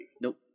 Nope